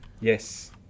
Yes